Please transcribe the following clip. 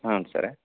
ಹಾಂ ಸರ್